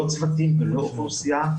לא צוותים ולא אוכלוסייה,